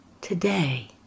Today